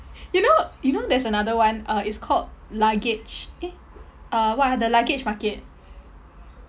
you know you know there's another one uh it's called luggage eh uh what ah the luggage market